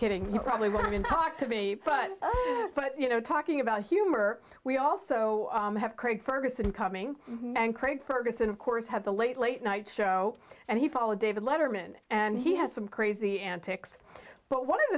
kidding you probably won't even talk to me but but you know talking about humor we also have craig ferguson coming and craig ferguson of course had the late late night show and he followed david letterman and he has some crazy antics but one of